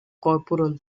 corporal